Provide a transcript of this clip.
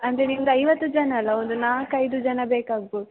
ಅಂದರೆ ನಿಮ್ದು ಐವತ್ತು ಜನ ಅಲ್ವ ಒಂದು ನಾಲ್ಕೈದು ಜನ ಬೇಕಾಗ್ಬೋದು